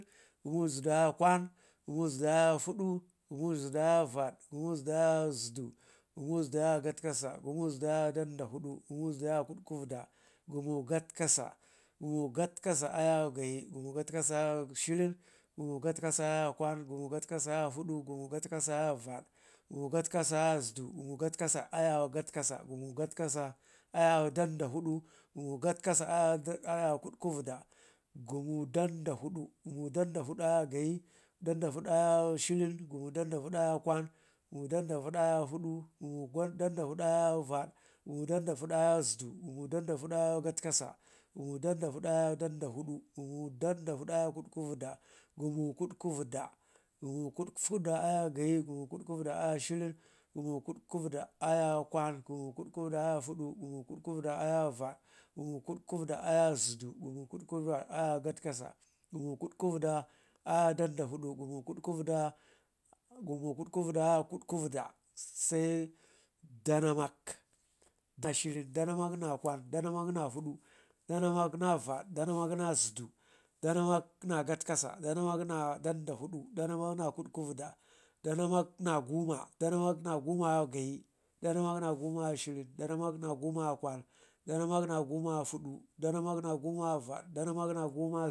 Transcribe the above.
gumu zudu ayawo kwan, gumu zudu ayawo fudu, gumu zudu ayawo gatkasa, gumu zudu ayawo dandafudu, gumu zudu ayawo kutkuvida, gumu gatkasa, gumu gatkasa ayawo gayi, gumu gatkasa ayawo shirin, gumu gatkasa ayawo kwan, gumu gatkasa ayawo fudu, gumu gatkasa ayawo vad, gumu gatkasa ayawo zudu, gumu gatkasa ayawo katkasa, gumu gatkasa ayawo dandafudu, gumu gatkasa ayawo ƙutkuvida, gumu dandafudu, gumu dandafudu ayawo gayi, gumu dandafudu ayawo shirin, gumu dandafudu ayawo kwan, gumu dandafudu ayawo fudu, gumu dandafudu ayawo vad, gumu fudu ayawo zudu, gumu fudu ayawo gatkasa, gumu fudu ayawo dandafudu, gumu fudu ayawo kutkuvida, gumu kutkuvida, gumu gutkuvida ayawo gayi, gumu gutkuvida ayawo shirin, gumu gutkuvida ayawo kwan, gumu gutkuvida ayawo fudu, gumu gutkuvida ayawo vad, gumu gutkuvida ayawo zudu, gumu gutkuvida ayawo gatkasa, gumu gutkuvida ayawo dandafudu, gumu gutkuvida ayawo kutkivida, Danarnak, dnanamak naguma shirin, danamakna guma kwan, danamakna guma fudu danamak na guma vad, danamak naguma zudu, danamkna guma katkasa, danamakna guma dandafudu, danamakna guma kutkuvida, danamakna guma, danamakna guma gayi, nanamak naguma shirin, danamakna guma kwan, danamakna guma fudu danamak na guma vad, danamakna guma